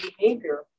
behavior